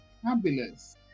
Fabulous